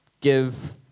Give